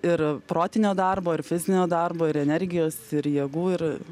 ir protinio darbo ir fizinio darbo ir energijos ir jėgų ir